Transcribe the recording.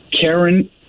Karen